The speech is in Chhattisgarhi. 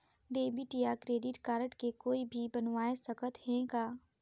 डेबिट या क्रेडिट कारड के कोई भी बनवाय सकत है का?